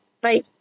Bye